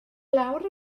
lawr